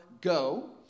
Go